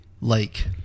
Lake